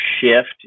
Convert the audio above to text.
shift